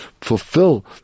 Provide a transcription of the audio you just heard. fulfill